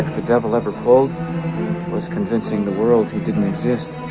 the devil ever pulled was convincing the world he didn't exist.